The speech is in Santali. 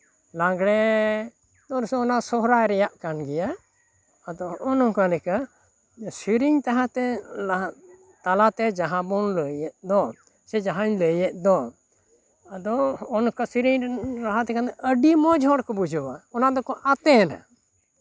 ᱞᱟᱸᱜᱽᱲᱮ ᱚᱱᱟ ᱥᱚᱦᱨᱟᱭ ᱨᱮᱭᱟᱜ ᱠᱟᱱ ᱜᱮᱭᱟ ᱟᱫᱚ ᱦᱚᱸᱜᱼᱚ ᱱᱚᱝᱠᱟ ᱞᱮᱠᱟ ᱥᱮᱨᱮᱧ ᱛᱟᱦᱮᱸᱛᱮ ᱞᱟᱦᱟᱜ ᱛᱟᱞᱟᱛᱮ ᱡᱟᱦᱟᱸ ᱵᱚᱱ ᱞᱟᱹᱭᱮᱫ ᱫᱚ ᱥᱮ ᱡᱟᱦᱟᱸᱧ ᱞᱟᱹᱭᱮᱫ ᱫᱚ ᱟᱫᱚ ᱦᱚᱸᱜᱼᱚ ᱱᱚᱝᱠᱟ ᱥᱮᱨᱮᱧ ᱨᱟᱦᱟ ᱛᱮᱠᱷᱟᱱ ᱟᱹᱰᱤ ᱢᱚᱡᱽ ᱦᱚᱲᱠᱚ ᱵᱩᱡᱷᱟᱹᱣᱟ ᱚᱱᱟ ᱫᱚᱠᱚ ᱟᱛᱮᱱᱟ